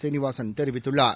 சீனிவாசன் தெரிவித்துள்ளார்